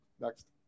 Next